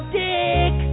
dick